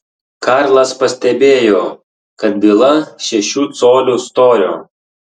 karlas pastebėjo kad byla šešių colių storio